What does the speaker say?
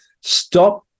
stop